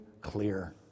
clear